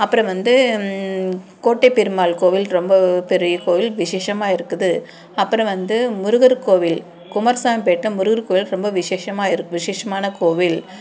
அப்புறம் வந்து கோட்டை பெருமாள் கோவில் ரொம்ப பெரிய கோயில் விசேஷமாக இருக்குது அப்புறம் வந்து முருகர் கோவில் குமரசாமிபேட்டை முருகர் கோவில் ரொம்ப விசேஷமாக இருக் விசேஷமான கோவில்